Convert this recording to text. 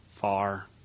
far